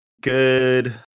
good